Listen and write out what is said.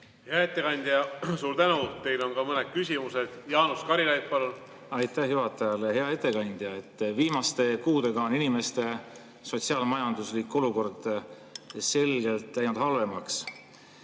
Hea ettekandja, suur tänu! Teile on ka mõned küsimused. Jaanus Karilaid, palun! Aitäh juhatajale! Hea ettekandja! Viimaste kuudega on inimeste sotsiaal-majanduslik olukord selgelt läinud halvemaks.